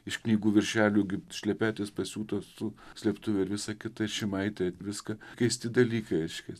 iš knygų viršelių gi šlepetės pasiūtos su slėptuvė ir visa kita ir šimaitė viską keisti dalykai reiškias